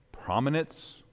Prominence